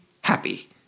happy